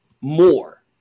more